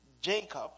Jacob